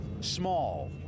small